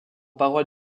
parois